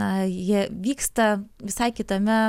na jie vyksta visai kitame